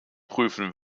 prüfen